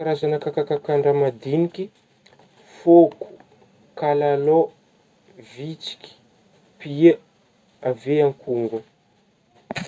Karazagna kakakakan-draha madinika: fôko, kalalao ,vitsiky avy eo akongo.